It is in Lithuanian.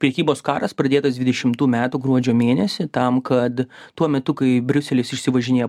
prekybos karas pradėtas dvidešimtų metų gruodžio mėnesį tam kad tuo metu kai briuselis išsivažinėja